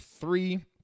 three